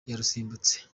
yarusimbutse